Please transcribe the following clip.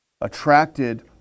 attracted